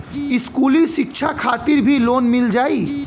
इस्कुली शिक्षा खातिर भी लोन मिल जाई?